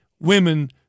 women